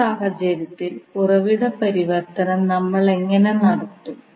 ഈ സാഹചര്യത്തിൽ ഉറവിട പരിവർത്തനം നമ്മൾ എങ്ങനെ നടത്തും